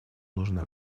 нужно